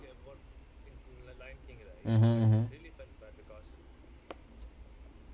mmhmm mmhmm